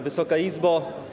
Wysoka Izbo!